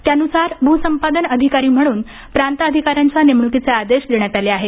त्यानुसार भ्रसंपादन अधिकारी म्हणून प्रांत अधिकाऱ्यांच्या नेमणूकीचे आदेश देण्यात आले आहेत